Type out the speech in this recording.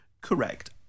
Correct